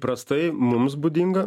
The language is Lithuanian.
prastai mums būdinga